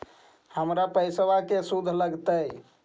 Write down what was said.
हमर पैसाबा के शुद्ध लगतै?